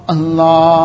Allah